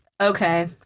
Okay